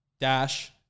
dash